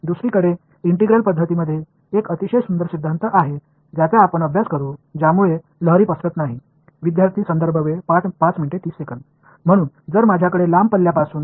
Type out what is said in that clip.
மறுபுறம் இன்டெக்ரல் முறைகள் அவற்றில் மிக அழகான கோட்பாட்டைக் கொண்டுள்ளன அவை அலைகளை சிதற அனுமதிக்காதவற்றை நாம் படிப்போம்